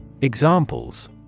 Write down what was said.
Examples